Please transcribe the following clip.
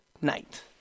night